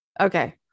Okay